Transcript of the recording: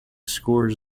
scores